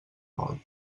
vol